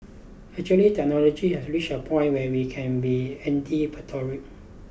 actually technology has reached a point where we can be anticipatory